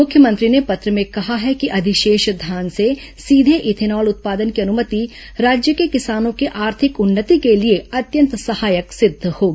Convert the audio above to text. मुख्यमंत्री ने पत्र में कहा है कि अधिशेष धान से सीधे इथेनॉल उत्पादन की अनुमति राज्य के किसानों की आर्थिक उन्नति के लिए अत्यंत सहायक सिद्ध होगी